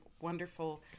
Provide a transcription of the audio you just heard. wonderful